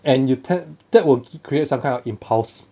and you tends that will create some kind of impulse